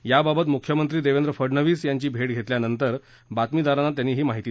याबाबत मुख्यमंत्री देवेंद्र फडनवीस यांची भेट घेतल्यानंतर बातमीदारांना त्यांनी ही माहिती दिली